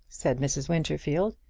said mrs. winterfield.